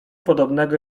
podobnego